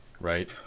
right